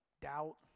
doubt